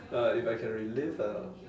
uh if I can relive a